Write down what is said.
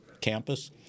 campus